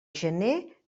gener